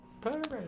Perfect